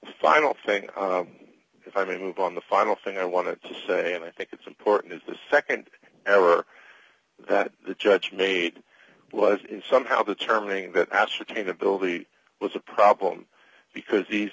final thing if i mean move on the final thing i wanted to say and i think it's important is the nd error that the judge made was somehow the terminating that ascertain ability was a problem because these